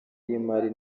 y’imari